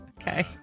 Okay